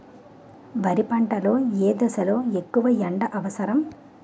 వరి పంట లో ఏ దశ లొ ఎక్కువ ఎండా అవసరం?